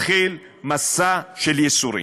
מתחיל מסע של ייסורים.